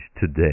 today